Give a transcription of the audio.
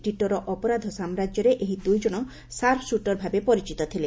ଟିଟୋର ଅପରାଧ ସାମ୍ରାକ୍ୟରେ ଏହି ଦୁଇକଶ ସାର୍ପସୁଟର୍ ଭାବେ ପରିଚିତ ଥିଲେ